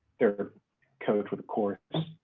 their coach with the courts.